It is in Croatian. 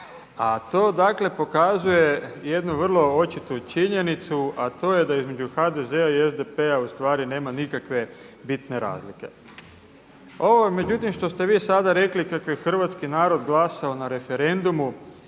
A to dakle pokazuje jednu vrlo očitu činjenicu a to je da između HDZ-a i SDP-a u stvari nema nikakve bitne razlike. Ovo međutim što ste vi sada rekli kako je hrvatski narod glasao na referendumu